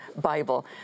Bible